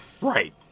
Right